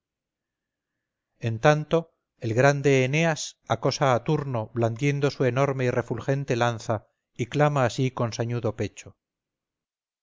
en tanto el grande eneas acosa a turno blandiendo su enorme y refulgente lanza y clama así con sañudo pecho